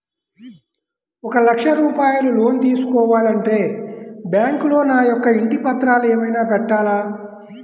ఒక లక్ష రూపాయలు లోన్ తీసుకోవాలి అంటే బ్యాంకులో నా యొక్క ఇంటి పత్రాలు ఏమైనా పెట్టాలా?